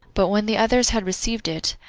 but when the others had received it,